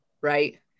right